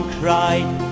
cried